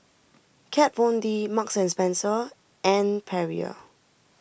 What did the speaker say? Kat Von D Marks and Spencer and Perrier